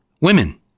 women